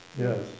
yes